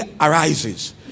arises